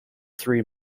three